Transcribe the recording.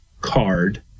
card